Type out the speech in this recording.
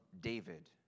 David